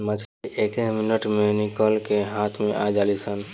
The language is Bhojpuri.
मछली एके मिनट मे निकल के हाथ मे आ जालीसन